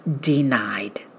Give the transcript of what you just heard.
denied